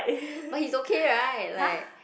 but he's okay right like